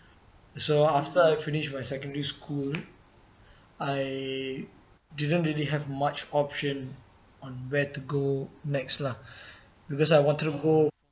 so after I finish my secondary school I didn't really have much option on where to go next lah because I wanted to go